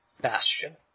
Bastion